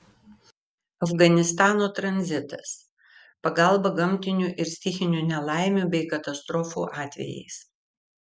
afganistano tranzitas pagalba gamtinių ir stichinių nelaimių bei katastrofų atvejais